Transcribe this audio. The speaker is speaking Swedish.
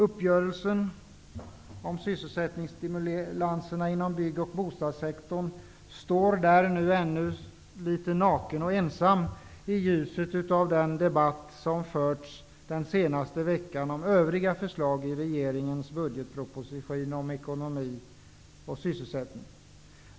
Uppgörelsen om sysselsättningsstimulanser inom bygg och bostadssektorn står ännu litet naken och ensam i ljuset av den debatt som förts under den senaste veckan om övriga förslag i regeringens budgetproposition om ekonomi och sysselsättning.